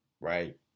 right